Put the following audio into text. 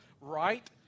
right